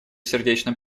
сердечно